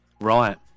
Right